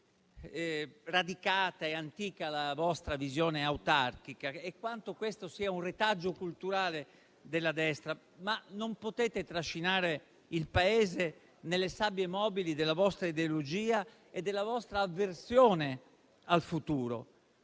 sia radicata e antica la vostra visione autarchica e quanto questo sia un retaggio culturale della destra. Ma non potete trascinare il Paese nelle sabbie mobili della vostra ideologia e della vostra avversione al futuro.